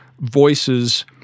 voices